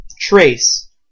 Trace